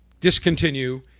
discontinue